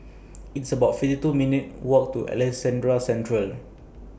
It's about fifty two minutes' Walk to Alexandra Central